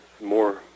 more